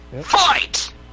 Fight